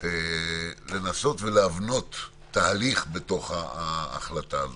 לנסות ולהבנות תהליך בתוך ההחלטה הזאת.